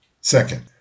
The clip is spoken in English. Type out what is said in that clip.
Second